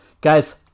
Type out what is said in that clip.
Guys